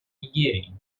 нигерии